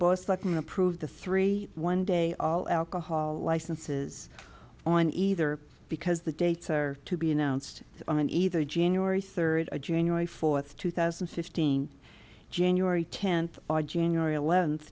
boston approved the three one day all alcohol licenses on either because the dates are to be announced on either january third of january fourth two thousand and fifteen january tenth or january eleventh